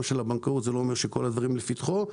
הבנקאות לא אומר שכל הדברים עומדים לפתחו.